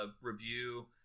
review